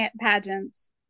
pageants